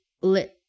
lit